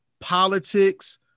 politics